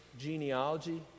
genealogy